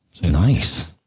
nice